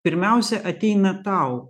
pirmiausia ateina tau